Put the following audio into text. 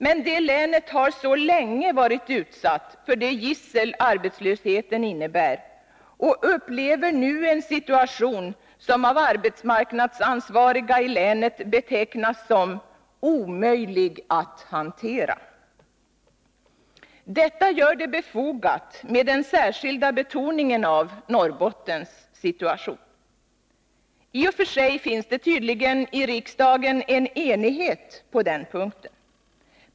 Men det länet har så länge varit utsatt för det gissel arbetslösheten innebär och upplever nu en situation som av arbetsmarknadsansvariga i länet betecknas som ”omöjlig att hantera”. Detta gör den särskilda betoningen av Norrbottens situation befogad. I och för sig finns det tydligen i riksdagen en enighet på den punkten.